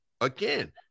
again